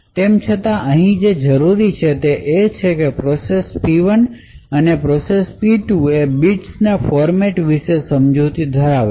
તેમ છતાં અહીં જે જરૂરી છે તે છે કે પ્રોસેસ P1 અને પ્રોસેસ P2 એ બિટ્સ ના ફૉર્મટ વિશે સમજૂતી ધરાવે છે